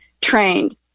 trained